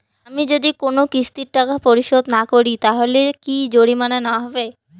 আমি যদি কোন কিস্তির টাকা পরিশোধ না করি তাহলে কি জরিমানা নেওয়া হবে?